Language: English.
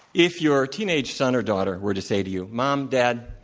if your teenage son or daughter were to say to you, mom, dad,